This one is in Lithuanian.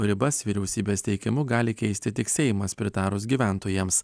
ribas vyriausybės teikimu gali keisti tik seimas pritarus gyventojams